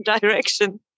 direction